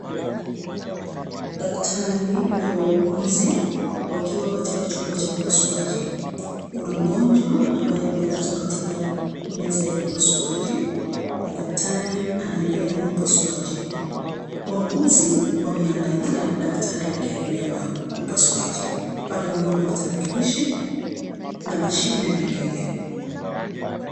Daktari na wauguzi wakiwa katika chuma cha upasuaji. Kuna mgonjwa ambaye amelazwa katika meza ya upasuaji, na daktari anaendelea na upasuaji. Wauguzi wameangalia daktari akiendelea na upasuaji. Pale nyuma kuna tarakilishi na mashini nyingine